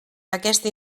aquesta